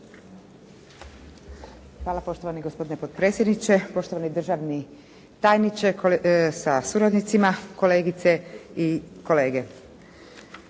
Hvala poštovani gospodine potpredsjedniče. Poštovani državni tajniče sa suradnicima, kolegice i kolege.